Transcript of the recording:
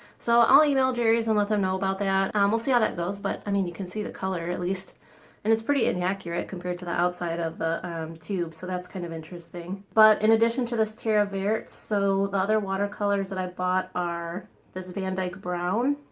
so i'll email jerry's and let them know about that and um we'll see how that goes but i mean, you can see the color at least and it's pretty inaccurate compared to the outside of tube so that's kind of interesting. but in addition to this terre verte so the other watercolors that i bought our this van dyke brown